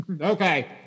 Okay